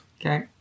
Okay